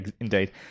indeed